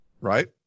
Right